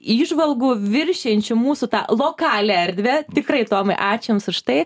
įžvalgų viršijančių mūsų tą lokalią erdvę tikrai tomai ačiū jums už tai